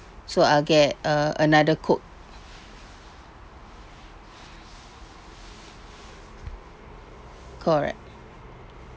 so I'll get uh another coke correct